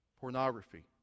pornography